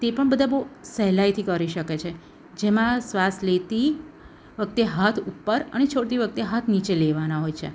તે પણ બધા બહુ સહેલાઇથી કરી શકે છે જેમાં શ્વાસ લેતી વખતે હાથ ઉપર અને છોડતી વખતે હાથ નીચે લેવાના હોય છે